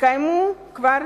התקיימו כבר